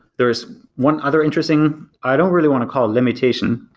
there's one other interesting i don't really want to call limitation.